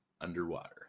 Underwater